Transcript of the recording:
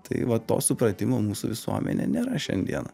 tai va to supratimo mūsų visuomenėj nėra šiandieną